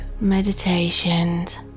meditations